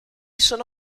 sono